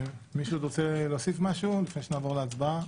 מישהו עוד רוצה להוסיף משהו לפני שנעבור להצבעה?